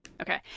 Okay